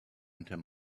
under